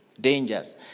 dangers